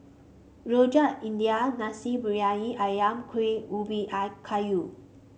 Rojak India Nasi Briyani ayam Kuih Ubi eye Kayu